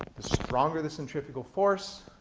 the stronger the centrifugal force,